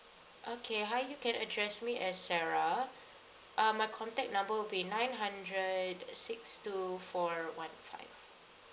okay hi you can address me as sarah um my contact number will be nine hundred six two four one five